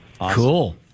Cool